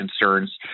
concerns